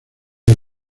del